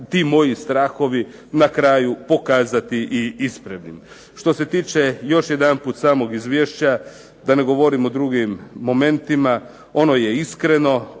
ti moji strahovi na kraju pokazati i ispravnim. Što se tiče još jedanput samog izvješća da ne govorim o drugim momentima ono je iskreno,